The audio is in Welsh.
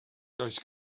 does